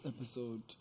episode